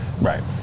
Right